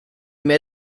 mehr